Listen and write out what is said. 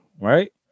right